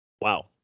wow